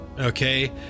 Okay